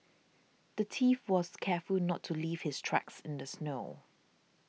the thief was careful not to leave his tracks in the snow